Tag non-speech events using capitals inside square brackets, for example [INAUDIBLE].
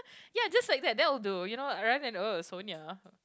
ya just like that that would do you know rather than [NOISE] Sonia